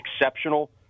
exceptional